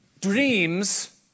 Dreams